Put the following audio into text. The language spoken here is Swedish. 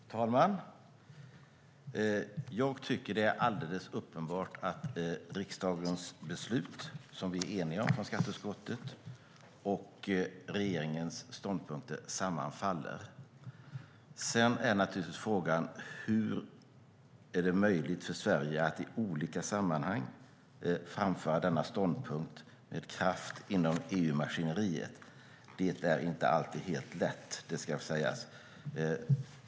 Fru talman! Jag tycker att det är alldeles uppenbart att riksdagens beslut, som vi är eniga om från skatteutskottet, och regeringens ståndpunkter sammanfaller. Sedan är naturligtvis frågan: Hur är det möjligt för Sverige att i olika sammanhang framföra denna ståndpunkt med kraft inom EU-maskineriet? Det är inte alltid helt lätt, ska sägas.